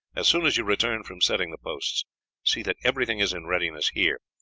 as soon as you return from setting the posts see that everything is in readiness here.